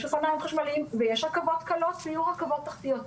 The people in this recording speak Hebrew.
אופניים חשמליים ויש רכבות קלות ויהיו רכבות תחתיות.